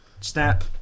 Snap